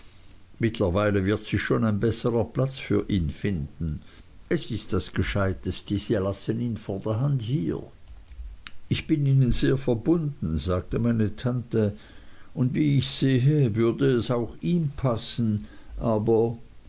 mittlerweile wird sich schon ein besserer platz für ihn finden es ist das gescheiteste sie lassen ihn vorderhand hier ich bin ihnen sehr verbunden sagte meine tante und wie ich sehe würde es auch ihm passen aber